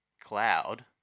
cloud